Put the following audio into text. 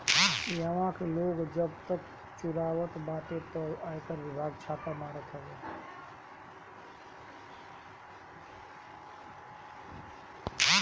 इहवा के लोग जब कर चुरावत बाटे तअ आयकर विभाग छापा मारत हवे